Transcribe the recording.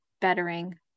bettering